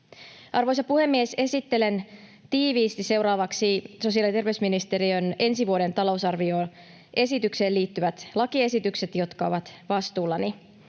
Arvoisa puhemies! Esittelen seuraavaksi tiiviisti sosiaali- ja terveysministeriön ensi vuoden talousarvioesitykseen liittyvät lakiesitykset, jotka ovat vastuullani.